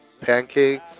Pancakes